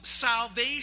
salvation